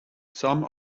some